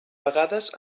vegades